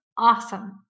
Awesome